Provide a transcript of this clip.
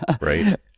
right